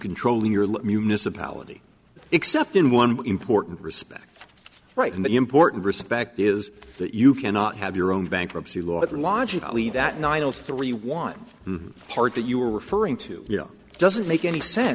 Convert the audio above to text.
controlling your look municipality except in one important respect right in the important respect is that you cannot have your own bankruptcy laws and logically that nine o three want the part that you were referring to you know doesn't make any sense